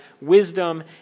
wisdom